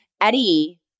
Eddie